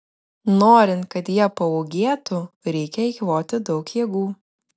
norint kad jie paūgėtų reikia eikvoti daug jėgų